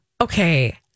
Okay